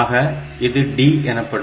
ஆக இது D எனப்படும்